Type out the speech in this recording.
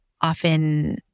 often